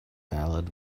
valid